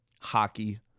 hockey